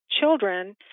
children